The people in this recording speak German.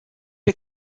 wir